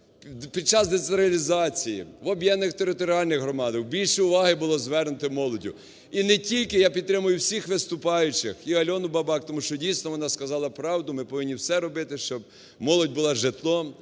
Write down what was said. під час децентралізації, в об'єднаних територіальних громадах більше уваги було звернено молоді. І не тільки… Я підтримую всіх виступаючих і Альону Бабак, тому що, дійсно, вона сказала правду, що ми повинні все робити, щоб молодь була із житлом,